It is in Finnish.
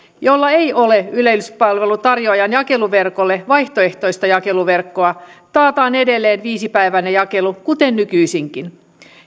joilla ei ole yleispalvelun tarjoajan jakeluverkolle vaihtoehtoista jakeluverkkoa taataan edelleen viisipäiväinen jakelu kuten nykyisinkin